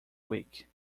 week